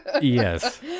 Yes